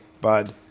bud